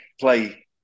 play